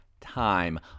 time